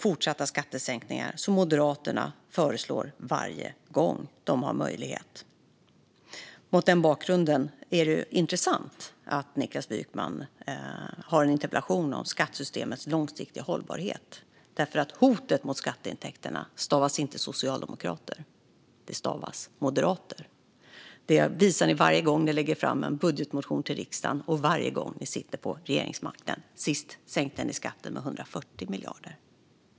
Fortsatta skattesänkningar är vad Moderaterna föreslår varje gång de har möjlighet. Mot den bakgrunden är det intressant att Niklas Wykman interpellerar om skattesystemets långsiktiga hållbarhet. Hotet mot skatteintäkterna stavas ju inte socialdemokrater utan moderater. Detta visar ni varje gång ni lägger fram en budgetmotion i riksdagen och varje gång ni sitter vid regeringsmakten. Sist sänkte ni skatten med 140 miljarder.